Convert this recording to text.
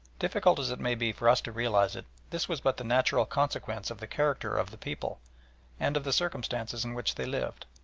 difficult as it may be for us to realise it, this was but the natural consequence of the character of the people and of the circumstances in which they lived.